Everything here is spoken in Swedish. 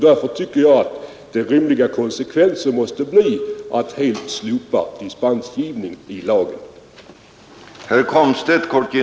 Därför tycker jag att den rimliga konsekvensen måste bli att helt slopa reglerna om dispensgivning i lagen.